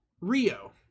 rio